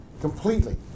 completely